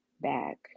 back